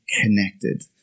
connected